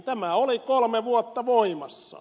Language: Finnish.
tämä oli kolme vuotta voimassa